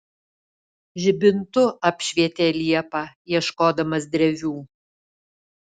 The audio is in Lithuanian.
žibintu apšvietė liepą ieškodamas drevių